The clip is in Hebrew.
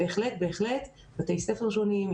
בהחלט בתי ספר שונים,